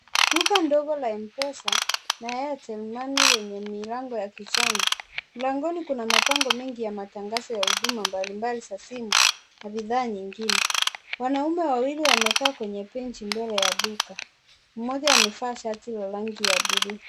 Duka ndogo la M-pesa na Airtel money lenye milango ya kijani. Mlangoni kuna mabango mengi ya matangazo ya huduma mbalimbali za simu, na bidhaa nyingine. Wanaume wawili wamekaa kwenye benchi mbele ya duka, mmoja amevaa shati la rangi ya buluu.